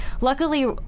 luckily